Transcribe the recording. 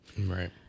Right